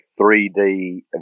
3D